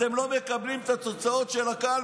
אתם לא מקבלים את התוצאות של הקלפי.